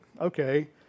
okay